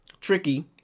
tricky